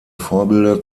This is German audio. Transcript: vorbilder